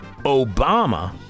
Obama